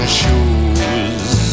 shoes